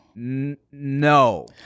no